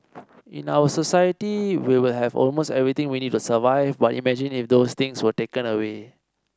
in our society we will have almost everything we need to survive but imagine if those things were taken away